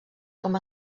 com